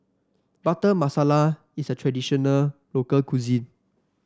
Butter Masala is a traditional local cuisine